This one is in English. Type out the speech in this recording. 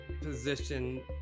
position